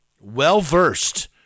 well-versed